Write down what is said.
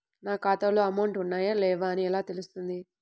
నా ఖాతాలో అమౌంట్ ఉన్నాయా లేవా అని ఎలా తెలుస్తుంది?